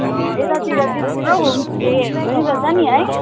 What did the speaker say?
यतातिर चाहिँ थुप्रो होमस्टेहरू पनि रहेछ नि है